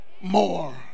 more